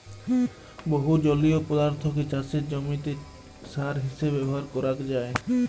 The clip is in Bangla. বহু জলীয় পদার্থকে চাসের জমিতে সার হিসেবে ব্যবহার করাক যায়